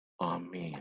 Amen